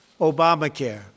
Obamacare